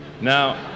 Now